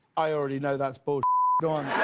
i already know that's bull it